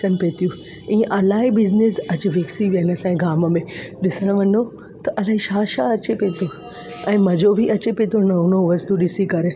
अचनि पेई थियूं इअं इलाही बिज़नेस अॼु विकसी विया आहिनि असांजे गांम में ॾिसणु वञो त इलाही छा छा अचे पिए तो ऐं मज़ो बि अचे पिए थो नओं नओं वस्तू ॾिसी करे